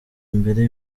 imbere